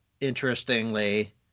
interestingly